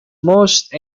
most